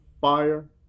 fire